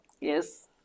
Yes